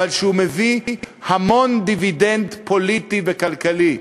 אבל הוא מביא המון דיבידנד פוליטי וכלכלי.